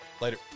Later